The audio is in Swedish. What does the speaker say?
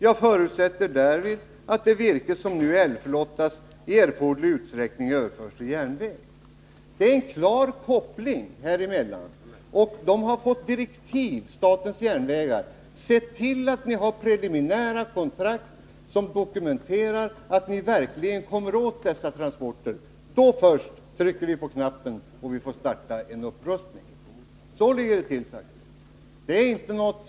Jag förutsätter därmed att det virke som nu älvflottas i erforderlig utsträckning överförs till järnväg.” Det görs således en klar koppling. Och SJ har fått följande direktiv: Se till att ni har preliminära kontrakt som dokumenterar att ni verkligen kommer åt dessa transporter! Då först trycker vi på knappen för en upprustning. Så ligger det till, Bertil Zachrisson.